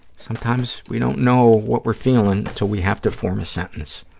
sometimes we don't know what we're feeling until we have to form a sentence.